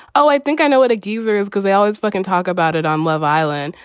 oh, i think i know what a geezer is because i always fucking talk about it on love island.